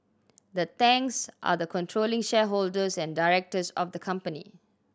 the Tangs are the controlling shareholders and directors of the company